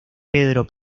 pedro